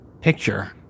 picture